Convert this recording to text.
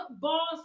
boss